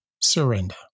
surrender